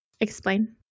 Explain